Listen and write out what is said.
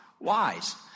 wise